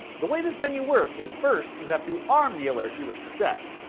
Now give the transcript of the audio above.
the way this menu works is first, you have to arm the alert you wish to set.